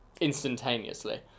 instantaneously